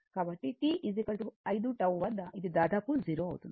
కాబట్టి t 5 τ వద్ద ఇది దాదాపు 0 అవుతుంది